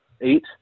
Eight